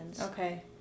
Okay